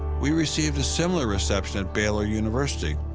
we received a similar reception at baylor university.